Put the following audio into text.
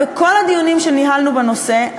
בכל הדיונים שניהלנו בנושא,